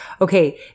Okay